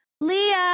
Leah